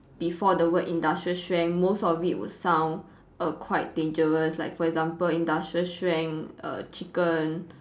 before the work industrial strength most of it will sound err quite dangerous like for example industrial strength err chicken